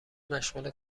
مشغول